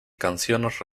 canciones